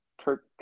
Kirk